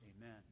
Amen